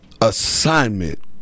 assignment